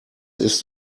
ist